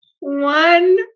One